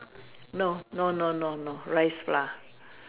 no no no no no rice flour